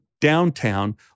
downtown